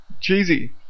cheesy